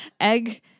egg